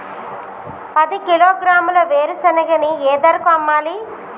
పది కిలోగ్రాముల వేరుశనగని ఏ ధరకు అమ్మాలి?